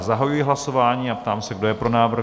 Zahajuji hlasování a ptám se, kdo je pro návrh?